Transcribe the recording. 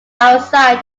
outside